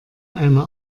einer